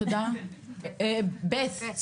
תודה, בת.